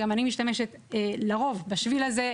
גם אני משתמשת לרוב בשביל הזה,